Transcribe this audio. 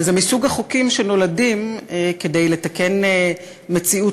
וזה מסוג החוקים שנולדים כדי לתקן מציאות